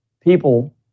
people